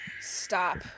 stop